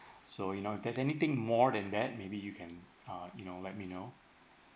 so you know there's anything more than that maybe you can uh you know let me now